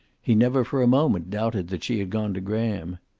he never for a moment doubted that she had gone to graham.